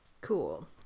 Cool